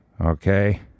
Okay